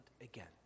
again